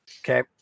Okay